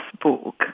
book